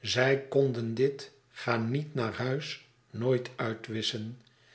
zij konden dit ga niet naar huis nooit uitwisschen